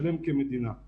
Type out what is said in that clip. אלמנט